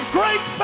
great